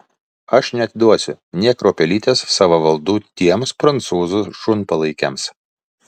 aš neatiduosiu nė kruopelytės savo valdų tiems prancūzų šunpalaikiams